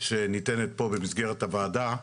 שניתנת פה המסגרת הועדה,